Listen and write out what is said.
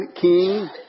king